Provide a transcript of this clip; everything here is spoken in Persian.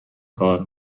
کار